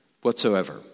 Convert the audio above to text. whatsoever